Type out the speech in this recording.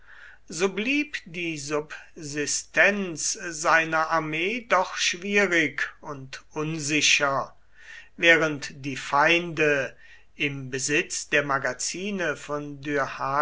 so blieb die subsistenz seiner armee doch schwierig und unsicher während die feinde im besitz der magazine von